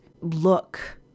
look